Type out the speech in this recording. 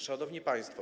Szanowni Państwo!